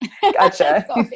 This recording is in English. Gotcha